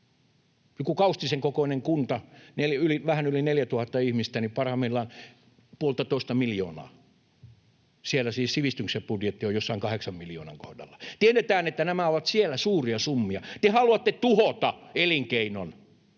Kaustisen kokoisessa kunnassa, vähän yli neljätuhatta ihmistä, parhaimmillaan puoltatoista miljoonaa, ja siellä siis sivistyksen budjetti on jossain kahdeksan miljoonan kohdalla. Tiedetään, että nämä ovat siellä suuria summia. Te haluatte tuhota elinkeinon.